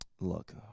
Look